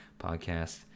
podcast